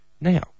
Now